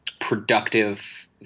productive